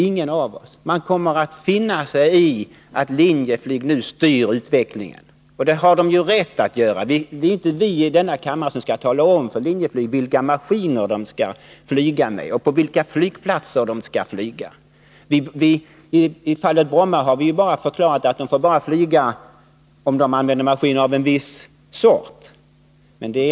Nej, vi får finna oss i att Linjeflyg styr utvecklingen, och det har Linjeflyg också rätt att göra. Det är inte vii denna kammare som skall tala om för Linjeflyg vilka maskiner man skall använda och vilka flygplatser man skall trafikera. Vi har förklarat för Linjeflyg att man får flyga på Bromma, men bara med en viss sorts maskiner.